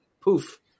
poof